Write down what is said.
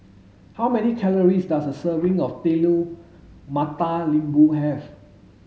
how many calories does a serving of telur mata lembu have